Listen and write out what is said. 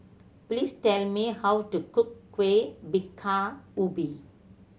please tell me how to cook Kuih Bingka Ubi